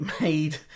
made